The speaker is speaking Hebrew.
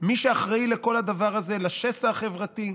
מי שאחראי לכל הדבר הזה, לשסע החברתי,